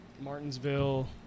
Martinsville